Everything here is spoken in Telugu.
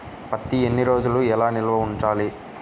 పత్తి ఎన్ని రోజులు ఎలా నిల్వ ఉంచాలి?